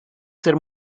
ser